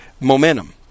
momentum